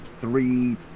three